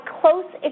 close